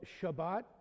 shabbat